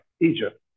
Egypt